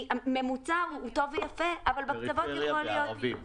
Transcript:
כי הממוצע הוא טוב ויפה אבל בקצוות יכול להיות,